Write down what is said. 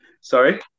Sorry